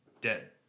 dead